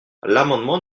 l’amendement